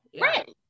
Right